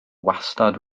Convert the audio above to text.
wastad